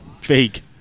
Fake